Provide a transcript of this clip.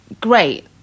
great